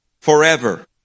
forever